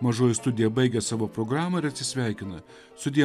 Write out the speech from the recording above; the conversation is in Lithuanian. mažoji studija baigia savo programą ir atsisveikina sudie